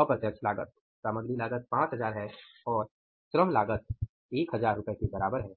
अप्रत्यक्ष लागत सामग्री लागत 5000 है और श्रम लागत 1000 है